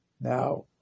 Now